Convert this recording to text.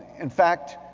in fact,